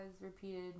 repeated